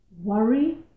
worry